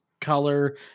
color